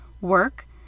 work